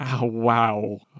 Wow